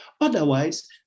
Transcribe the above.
Otherwise